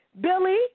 Billy